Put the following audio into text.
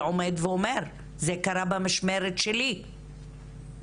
ואומר - זה קרה במשמרת שלי.